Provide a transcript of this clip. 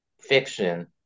fiction